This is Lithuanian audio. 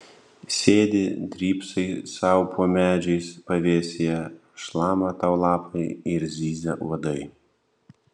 sėdi drybsai sau po medžiais pavėsyje šlama tau lapai ir zyzia uodai